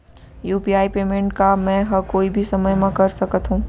UPI payment का मैं ह कोई भी समय म कर सकत हो?